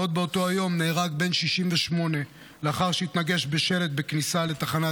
עוד באותו היום נהרג בן 68 לאחר שהתנגש בשלט בכניסה לתחנת